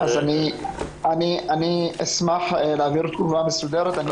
אני אשמח להעביר תגובה מסודרת.